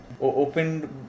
Opened